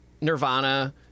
Nirvana